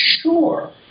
Sure